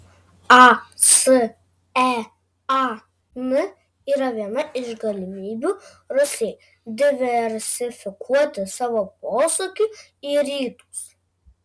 asean yra viena iš galimybių rusijai diversifikuoti savo posūkį į rytus